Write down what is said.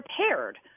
prepared